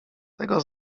tego